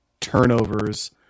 turnovers